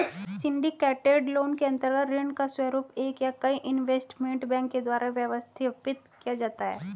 syndicated loan के अंतर्गत ऋण का स्वरूप एक या कई इन्वेस्टमेंट बैंक के द्वारा व्यवस्थित किया जाता है